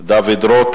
חברי הכנסת דוד רותם